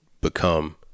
become